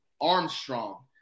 Armstrong